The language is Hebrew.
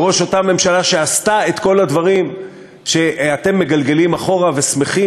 בראש אותה ממשלה שעשתה את כל הדברים שאתם מגלגלים אחורה ושמחים